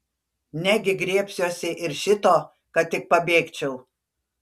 negi griebsiuosi ir šito kad tik pabėgčiau